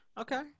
Okay